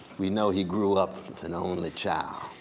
we know he grew up an only child.